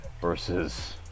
versus